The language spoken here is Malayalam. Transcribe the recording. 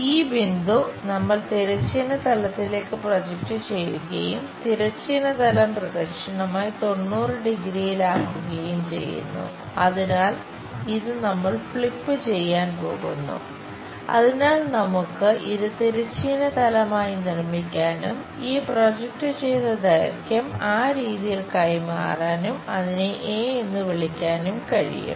ഈ ബിന്ദു നമ്മൾ തിരശ്ചീന തലത്തിലേക്ക് പ്രൊജക്റ്റ് എന്ന് വിളിക്കാനും കഴിയും